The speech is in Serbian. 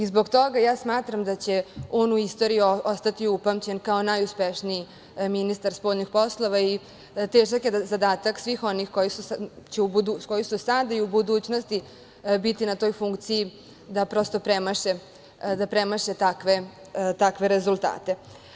Zbog toga ja smatram da će on u istoriji ostati upamćen kao najuspešniji ministar spoljnih poslova i težak je zadatak svih onih koji su sada i koji će u budućnosti biti na toj funkciji da premaše takve rezultate.